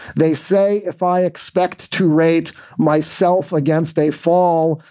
they say if i expect to rate myself against a fall,